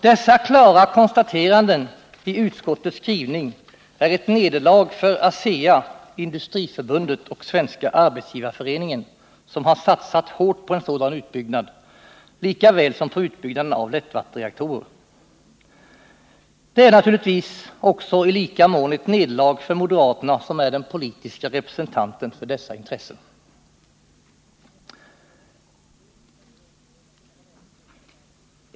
Dessa klara konstateranden i utskottets skrivning är ett nederlag för ASEA, Industriförbundet och Svenska Arbetsgivareföreningen, som har satsat hårt på en sådan utbyggnad likaväl som på utbyggnad av lättvattenreaktorer. Det är naturligtvis också i lika mån ett nederlag för moderaterna, som är de politiska representanterna för dessa intressen.